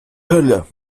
hölle